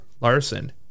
larson